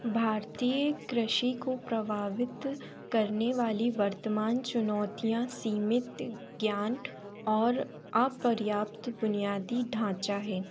भारतीय कृषी को प्रभावित करने वाली वर्तमान चुनौतियाँ सीमित ज्ञान और अपर्याप्त बुनियादी ढ़ांचा है